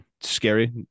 Scary